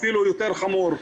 אפילו יותר חמור.